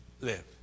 live